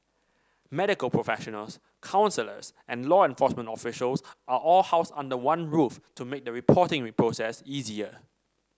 medical professionals counsellors and law enforcement officials are all housed under one roof to make the reporting process easier